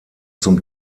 zum